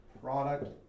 Product